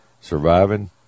surviving